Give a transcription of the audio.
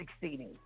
Succeeding